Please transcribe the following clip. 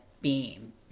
beam